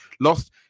lost